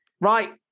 Right